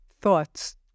thoughts